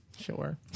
Sure